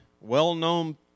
well-known